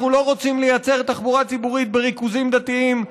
אנחנו לא רוצים לייצר תחבורה ציבורית בריכוזים דתיים.